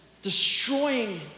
Destroying